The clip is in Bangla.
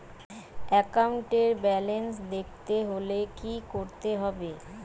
একাউন্টের ব্যালান্স দেখতে হলে কি করতে হবে?